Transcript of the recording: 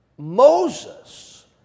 Moses